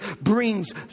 brings